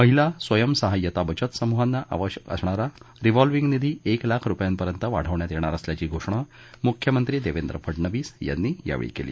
महिला स्वयं सहाय्यता बचत समुहांना आवश्यक असणारा रिव्हॉलव्हिंग निधी एक लाख रुपयांपर्यंत वाढवण्यात येणार असल्याची घोषणा मुख्यमंत्री देवेंद्र फडनवीस यांनी यावेळी केली